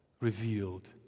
revealed